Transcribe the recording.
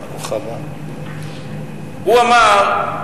הוא אמר: